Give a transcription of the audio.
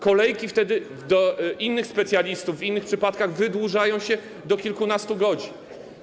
Kolejki wtedy do innych specjalistów, w innych przypadkach, wydłużają się do kilkunastu godzin.